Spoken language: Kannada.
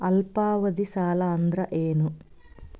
ಅಲ್ಪಾವಧಿ ಸಾಲ ಅಂದ್ರ ಏನು?